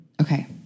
Okay